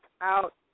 out